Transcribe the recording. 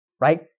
right